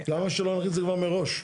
למה שלא נכניס את זה כבר מראש?